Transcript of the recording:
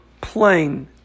plain